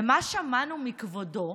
ומה שמענו מכבודו,